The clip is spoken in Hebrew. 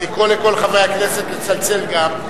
לקרוא לכל חברי הכנסת, לצלצל גם.